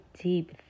deep